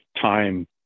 time